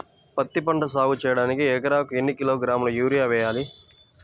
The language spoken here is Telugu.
పత్తిపంట సాగు చేయడానికి ఎకరాలకు ఎన్ని కిలోగ్రాముల యూరియా వేయాలి?